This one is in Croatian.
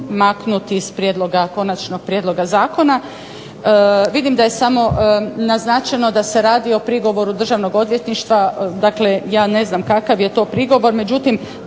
maknut iz konačnog prijedloga zakona. Vidim da je samo naznačeno da se radi o prigovoru Državnog odvjetništva. Dakle, ja ne znam kakav je to prigovor međutim